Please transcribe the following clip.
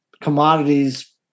commodities